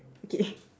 okay